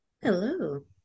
Hello